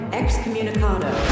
excommunicado